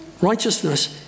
righteousness